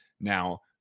Now